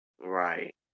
right